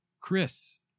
Chris